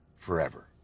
forever